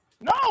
No